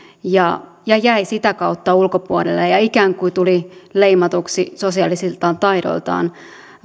ja ja jäi sitä kautta ulkopuolelle ja ja ikään kuin tuli leimatuksi sosiaalisilta taidoiltaan